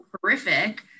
horrific